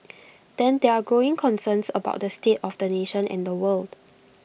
then there are growing concerns about the state of the nation and the world